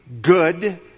good